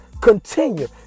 continue